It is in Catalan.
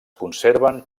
conserven